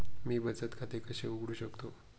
मी बचत खाते कसे उघडू शकतो?